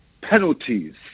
penalties